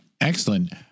Excellent